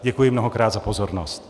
Děkuji mnohokrát za pozornost.